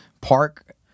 Park